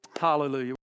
Hallelujah